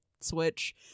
switch